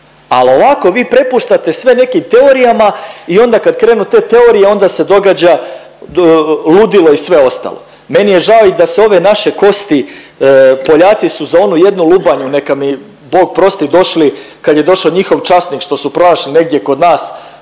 Al ovako vi prepuštate sve nekim teorijama i onda kad krenu te teorije onda se događa ludilo i sve ostalo. Meni je žao i da se ove naše kosti Poljaci su za onu jednu lubanju, neka mi Bog prosti došli kad je došo njihov časnik što su pronašli negdje kod nas